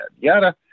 yada